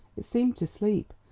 it seemed to sleep,